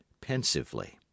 pensively